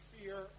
fear